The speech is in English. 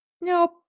Nope